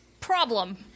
Problem